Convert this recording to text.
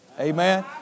Amen